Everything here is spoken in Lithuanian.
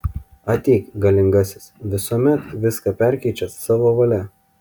ateik galingasis visuomet viską perkeičiąs savo valia